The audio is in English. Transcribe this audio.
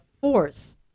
force